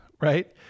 Right